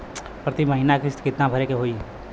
प्रति महीना किस्त कितना भरे के होई?